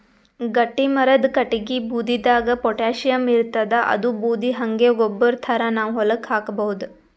ಗಟ್ಟಿಮರದ್ ಕಟ್ಟಗಿ ಬೂದಿದಾಗ್ ಪೊಟ್ಯಾಷಿಯಂ ಇರ್ತಾದ್ ಅದೂ ಬೂದಿ ಹಂಗೆ ಗೊಬ್ಬರ್ ಥರಾ ನಾವ್ ಹೊಲಕ್ಕ್ ಹಾಕಬಹುದ್